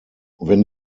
wenn